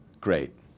Great